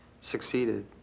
succeeded